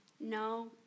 no